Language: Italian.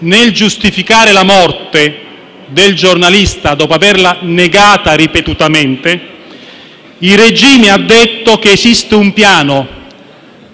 nel giustificare la morte del giornalista, dopo averla negata ripetutamente, il regime ha detto che esiste un piano